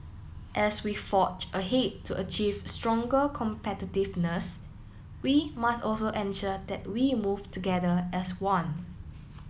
as we forge ahead to achieve stronger competitiveness we must also ensure that we move together as one